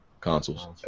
consoles